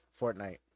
Fortnite